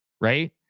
right